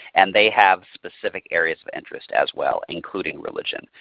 and they have specific areas of interest as well including religion.